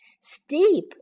Steep